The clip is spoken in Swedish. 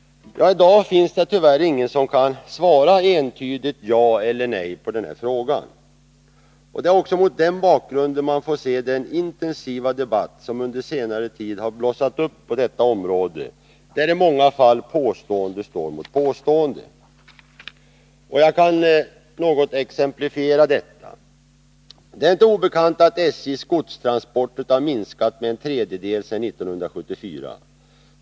I dag finns det tyvärr ingen som kan svara entydigt ja eller nej på den frågan. Det är också mot den bakgrunden man får se den intensiva debatt som under senare tid har blossat upp på detta område, där i många fall påstående står mot påstående. Jag kan exemplifiera detta. Det är inte obekant att SJ:s godstransporter har minskat med en tredjedel sedan 1974.